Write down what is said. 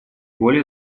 более